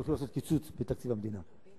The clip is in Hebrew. שיוכלו לעשות קיצוץ בתקציב המדינה.